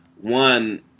one